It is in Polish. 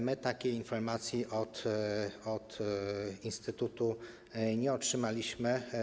My takiej informacji od instytutu nie otrzymaliśmy.